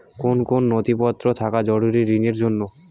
কোন কোন নথিপত্র থাকা জরুরি ঋণের জন্য?